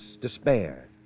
despair